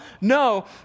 No